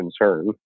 concern